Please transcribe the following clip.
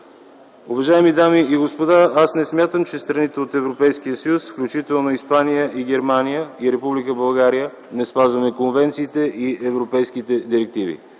Уважаеми дами и господа, аз не смятам, че страните от Европейския съюз, включително Испания, Германия и Република България не спазваме конвенциите и европейските директиви.